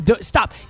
stop